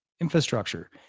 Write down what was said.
infrastructure